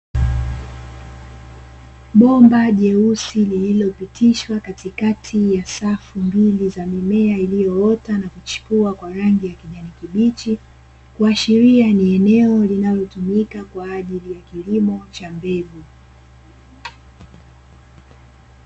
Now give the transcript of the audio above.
Bomba jeusi lililopitishwa katikati ya safu mbili za mimea, iliyoota na kuchipua kwa rangi ya kijani kibichi, kuashilia ni eneo linalotumika kwaajili ya kilimo cha mbegu.